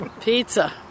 Pizza